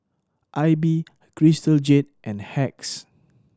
Aibi Crystal Jade and Hacks